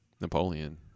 Napoleon